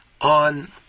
on